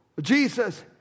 Jesus